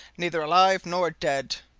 neither alive nor dead!